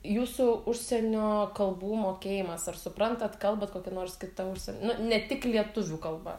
jūsų užsienio kalbų mokėjimas ar suprantat kalbat kokia nors kita užsie nu ne tik lietuvių kalba